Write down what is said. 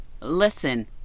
Listen